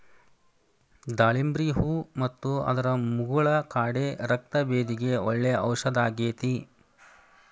ದಾಳಿಂಬ್ರಿ ಹೂ ಮತ್ತು ಅದರ ಮುಗುಳ ಕಾಡೆ ರಕ್ತಭೇದಿಗೆ ಒಳ್ಳೆ ಔಷದಾಗೇತಿ